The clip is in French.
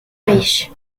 riche